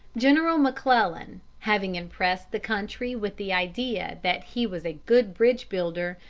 general mcclellan, having impressed the country with the idea that he was a good bridge-builder,